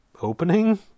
opening